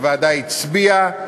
הוועדה הצביעה,